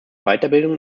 weiterbildung